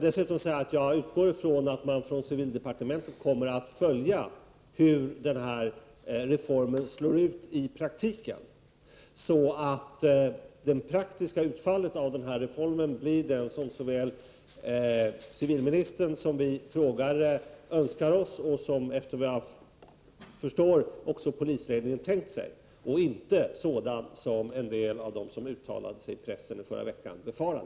Jag utgår från att civildepartementet följer hur denna reform kommer att verka i praktiken, så att det praktiska utfallet av reformen blir det som både civilministern och vi frågare önskar oss och som, efter vad jag förstår, polisledningen har tänkt sig. Utfallet bör alltså inte bli det som en del av dem som uttalade sig i pressen förra veckan befarar.